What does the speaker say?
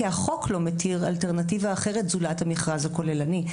כי החוק לא מתיר אלטרנטיבה אחרת זולת המכרז הכוללני.